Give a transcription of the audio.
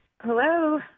Hello